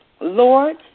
Lord